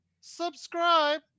subscribe